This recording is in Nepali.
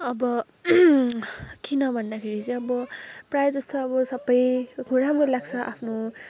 अब किन भन्दाखेरि चाहिँ अब प्राय जस्तो अब सबै कुरा राम्रो लाग्छ आफ्नो